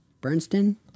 Bernstein